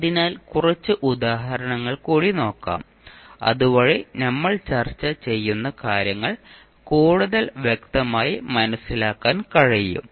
അതിനാൽ കുറച്ച് ഉദാഹരണങ്ങൾ കൂടി നോക്കാം അതുവഴി നമ്മൾ ചർച്ച ചെയ്യുന്ന കാര്യങ്ങൾ കൂടുതൽ വ്യക്തമായി മനസ്സിലാക്കാൻ കഴിയും